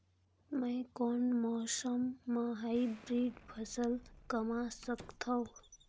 मै कोन मौसम म हाईब्रिड फसल कमा सकथव?